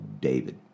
David